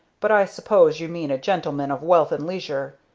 but i suppose you mean a gentleman of wealth and leisure.